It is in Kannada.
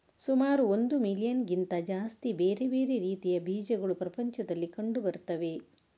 ಸುಮಾರು ಒಂದು ಮಿಲಿಯನ್ನಿಗಿಂತ ಜಾಸ್ತಿ ಬೇರೆ ಬೇರೆ ರೀತಿಯ ಬೀಜಗಳು ಪ್ರಪಂಚದಲ್ಲಿ ಕಂಡು ಬರ್ತವೆ